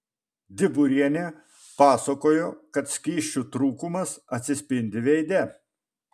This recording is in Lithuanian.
diburienė pasakojo kad skysčių trūkumas atsispindi veide